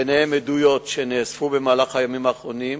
וביניהן עדויות שנאספו במהלך הימים האחרונים,